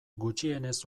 gutxienez